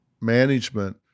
Management